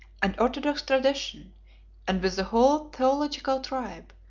and orthodox tradition and with the whole theological tribe,